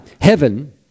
Heaven